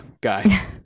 guy